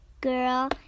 Girl